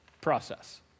process